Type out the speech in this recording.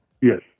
Yes